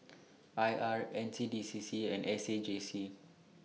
I R N C D C C and S A J C